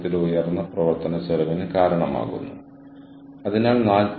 പക്ഷേ നെറ്റ്വർക്കിലെ ആരും നിങ്ങളുടെ കഴിവുകൾക്കായി നിങ്ങളെ വിളിക്കുന്നില്ല